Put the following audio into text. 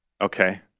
Okay